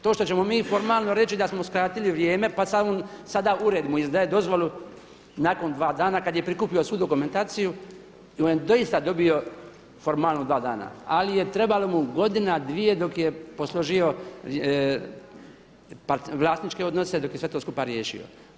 To što ćemo mi formalno reći da smo skratili vrijeme pa sada ured mu izdaje dozvolu nakon dva dana kada je prikupio svu dokumentaciju i on je dobio doista formalno dva dana, ali mu je trebala godina, dvije dok je posloživao vlasničke odnose dok je sve to skupa riješio.